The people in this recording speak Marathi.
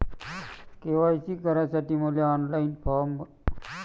के.वाय.सी करासाठी मले ऑनलाईन फारम भरता येईन का?